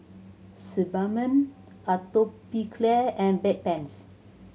Sebamed Atopiclair and Bedpans